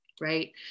Right